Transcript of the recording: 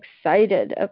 excited